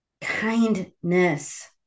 Kindness